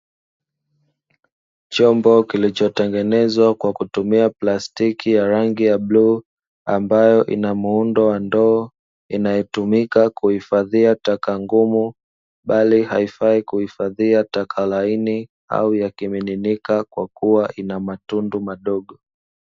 Chombo kilichotengenezwa kwa kutumia plastiki ya rangi ya bluu, ambayo inamuundo wa ndoo inayotumika kuhifadhia taka ngumu bali haifai kuhifadhia taka laini au ya kimiminika kwakuwa ina matundu madogo.